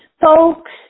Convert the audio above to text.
folks